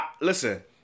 listen